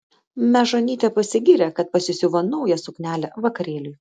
mežonytė pasigyrė kad pasisiuvo naują suknelę vakarėliui